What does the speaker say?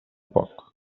poc